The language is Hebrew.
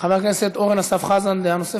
חבר הכנסת אורן אסף חזן, דעה נוספת,